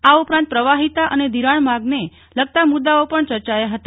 આ ઉપરાંત પ્રવાહીતા અને ષિરાણ માગને લગતા મુદ્દાઓ પણ ચર્ચાયા હતા